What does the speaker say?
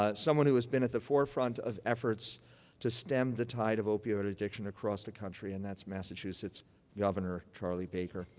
ah someone who has been at the forefront of efforts to stem the tide of opiate addiction across the country. and that's massachusetts governor charlie baker.